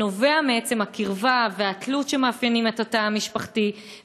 שנובע מעצם הקרבה והתלות שמאפיינים את התא המשפחתי,